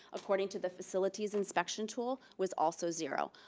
according to the facilities inspection tool, was also zero.